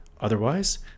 Otherwise